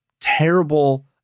terrible